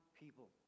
people